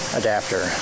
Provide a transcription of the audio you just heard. adapter